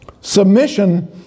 Submission